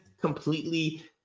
completely